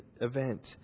event